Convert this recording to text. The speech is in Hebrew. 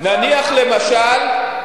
וזה מה שאתם עושים, הכרעה כוחנית, נניח, למשל,